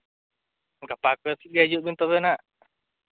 ᱴᱷᱤᱠ ᱜᱮᱭᱟ ᱦᱤᱡᱩᱜ ᱵᱤᱱ ᱛᱚᱵᱮ ᱦᱟᱸᱜ